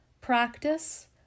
practice